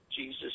Jesus